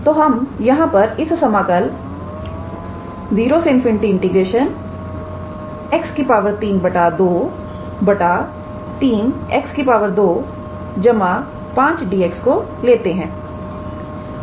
तो हम यहां पर इस समाकल 0∞ 𝑥 3 2 3𝑥 25 𝑑𝑥 को लेते हैं